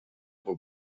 for